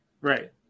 right